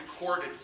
recorded